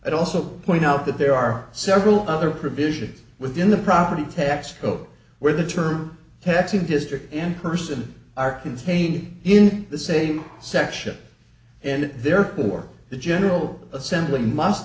i'd also point out that there are several other provisions within the property tax code where the term taxi district and person arkan's pain in the same section and therefore the general assembly must